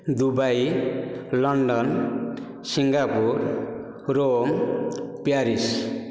Dubai London Singapore Rome Paris